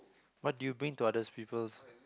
what do you bring to others people's